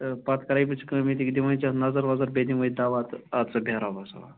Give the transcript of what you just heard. تہٕ پتہٕ کَرَے بہٕ ژےٚ کٲم ییٚتی دِمَے ژےٚ اَتھ نظر وَظر بیٚیہِ دِمَے دَوا تہٕ اَدٕ سا بیٚہہ رۄبَس حوال